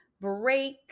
break